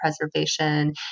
preservation